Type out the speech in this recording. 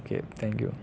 okay thank you